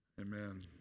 Amen